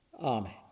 Amen